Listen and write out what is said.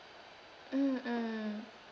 mm mm